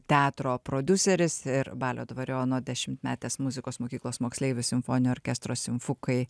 teatro prodiuseris ir balio dvariono dešimtmetės muzikos mokyklos moksleivių simfoninio orkestro simfukai